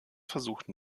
versuchten